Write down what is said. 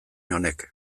honek